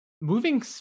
moving